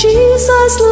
Jesus